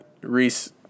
Reese